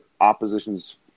opposition's